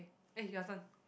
eh your turn